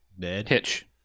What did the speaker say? Hitch